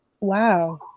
Wow